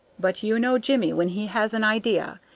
but you know jimmie when he has an idea.